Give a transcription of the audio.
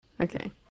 Okay